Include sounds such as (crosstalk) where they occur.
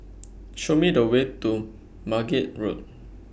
(noise) Show Me The Way to Margate Road